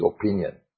opinion